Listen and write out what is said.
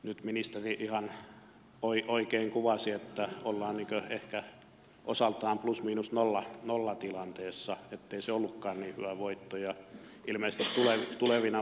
nyt ministeri ihan oikein kuvasi että ollaan ehkä osaltaan plus miinus nolla tilanteessa ettei se ollutkaan niin hyvä voitto